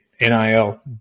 NIL